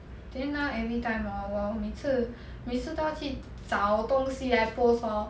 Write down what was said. then now every time hor 我每次每次都要去找东西来 post hor